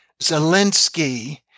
Zelensky